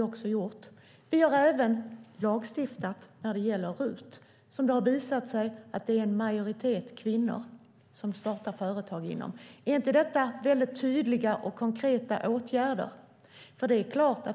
Vi har även lagstiftat när det gäller RUT, inom vilket det har visat sig att det är en majoritet av kvinnor som startar företag. Är inte detta väldigt tydliga och konkreta åtgärder?